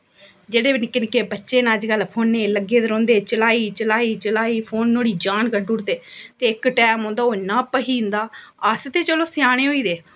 जेह्ड़े बी निक्के निक्के बच्चे न अज्जकल फोनै गी लग्गे दे रौंह्दे चलाई चलाई चलाई फोन नुहाड़ी जान कड्ढी ओड़दे ते इक टैम औंदा ओह् इन्ना भखी जंदा अस ते चलो स्याने होई गेदे